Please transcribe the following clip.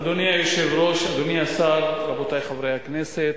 אדוני היושב-ראש, אדוני השר, רבותי חברי הכנסת,